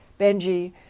Benji